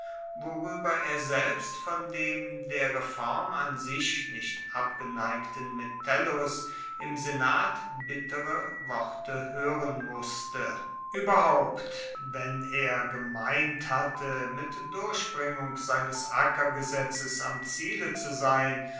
worüber er selbst von dem der reform an sich nicht abgeneigten metellus im senat bittere worte hören wußte überhaupt wenn er gemeint hatte mit durchbringung seines ackergesetzes am ziele zu sein